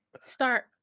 start